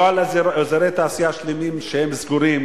לא על אזורי תעשייה שלמים שסגורים,